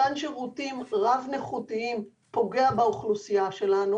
מתן שירותים רב-נכותיים פוגע באוכלוסייה שלנו.